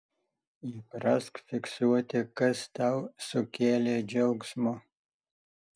įprask fiksuoti kas tau sukėlė džiaugsmo